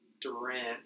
Durant